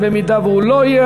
ואם הוא לא יהיה,